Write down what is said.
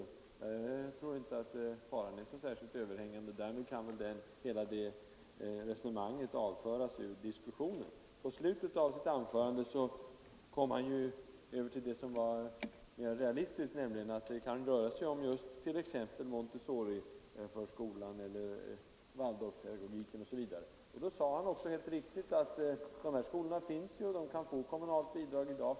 Jag tror inte att faran är överhängande. Därmed kan hela det resonemanget avföras ur diskussionen. I slutet av sitt anförande kom herr Karlsson över till det som är mer realistiskt, nämligen att det kan röra sig om exempelvis Montessoriförskolan, skolor som använder Waldorfpedagogiken osv. Då sade han också helt riktigt att dessa skolor finns och kan få kommunala bidrag redan i dag.